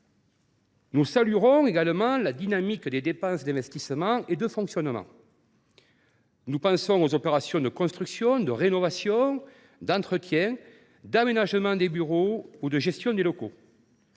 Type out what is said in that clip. groupe salue également la dynamique des dépenses d’investissement et de fonctionnement. Je pense en particulier aux opérations de construction, de rénovation, d’entretien, d’aménagement des bureaux ou de gestion des locaux.